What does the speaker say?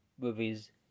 movies